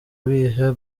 biha